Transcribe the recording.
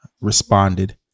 responded